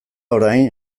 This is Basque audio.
orain